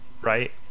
right